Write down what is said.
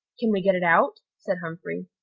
can we get it out? said humphrey.